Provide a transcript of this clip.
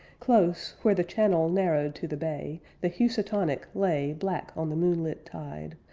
close, where the channel narrowed to the bay, the housatonic lay black on the moonlit tide,